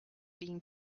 being